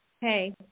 Hey